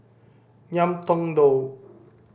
Ngiam Tong Dow